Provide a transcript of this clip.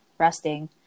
resting